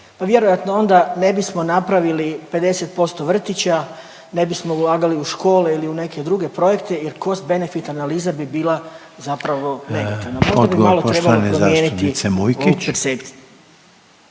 Vjerojatno onda ne bismo napravili 50% vrtića, ne bismo ulagali u škole ili u neke druge projekte jer cost-benefit analiza bi bila zapravo …/Govornici govore istovremeno, ne